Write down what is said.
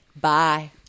Bye